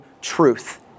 truth